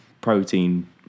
protein